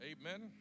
Amen